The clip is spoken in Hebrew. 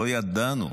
לא ידענו,